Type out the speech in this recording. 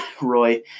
Roy